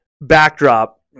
backdrop